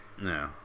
no